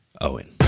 Owen